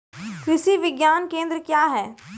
कृषि विज्ञान केंद्र क्या हैं?